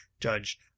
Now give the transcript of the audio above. judge